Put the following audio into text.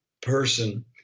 person